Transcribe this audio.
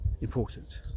important